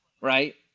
Right